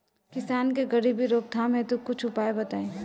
किसान के गरीबी रोकथाम हेतु कुछ उपाय बताई?